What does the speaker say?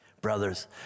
brothers